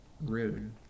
rude